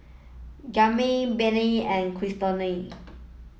Graham Benny and Cristina